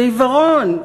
זה עיוורון.